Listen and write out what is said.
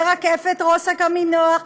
רקפת רוסק עמינח,